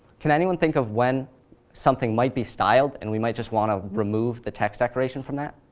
can anyone think of when something might be styled, and we might just want to remove the text decoration from that?